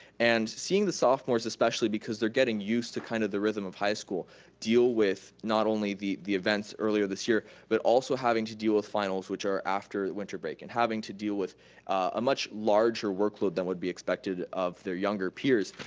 and seeing the sophomores especially because they're getting used to kind of the rhythm of high school deal with not only the the events earlier this year, but also having to deal with finals which are after winter break and having to deal with a much larger workload than would be expected of their younger peers.